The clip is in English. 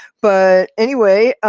but anyway, um,